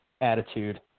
Attitude